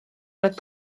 roedd